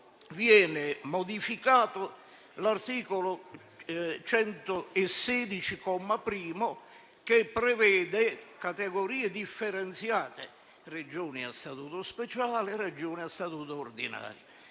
viene modificato l'articolo 116, comma primo, che prevede categorie differenziate (Regioni a Statuto speciale e Regioni a statuto ordinario).